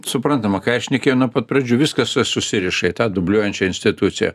suprantama ką aš šnekėjau nuo pat pradžių viskas susiriša į tą dubliuojančią instituciją